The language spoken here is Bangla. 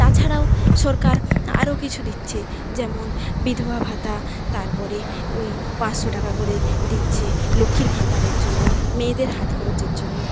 তাছাড়াও সরকার আরও কিছু দিচ্ছে যেমন বিধবা ভাতা তারপরে ওই পাঁচশো টাকা করে দিচ্ছে লক্ষ্মীর ভাণ্ডারের জন্য মেয়েদের হাত খরচের জন্য